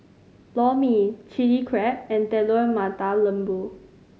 Lor Mee Chili Crab and Telur Mata Lembu